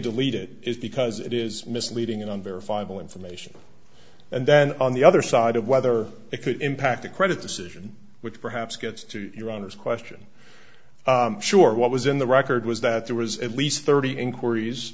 delete it is because it is misleading on verifiable information and then on the other side of whether it could impact a credit decision which perhaps gets to your honor's question sure what was in the record was that there was at least thirty inquiries